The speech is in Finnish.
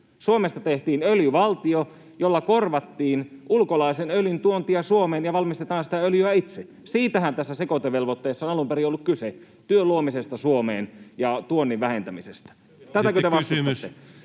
Suomesta tehtiin öljyvaltio, millä korvattiin ulkolaisen öljyn tuontia Suomeen ja alettiin valmistaa öljyä itse. Siitähän tässä sekoitevelvoitteensa on alun perin ollut kyse: työn luomisesta Suomeen ja tuonnin vähentämisestä. Tätäkö te vastustatte?